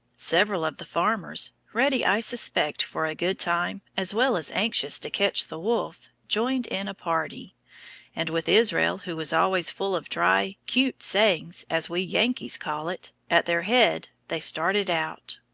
several of the farmers, ready, i suspect for a good time as well as anxious to catch the wolf, joined in a party and with israel, who was always full of dry, cute sayings as we yankees call it, at their head, they started out.